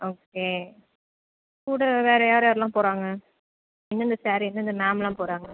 okay கூட வேறு யார் யாரெலாம் போகிறாங்க எந்தெந்த சார் எந்தெந்த மேம்மெலாம் போகிறாங்க